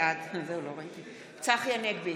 בעד צחי הנגבי,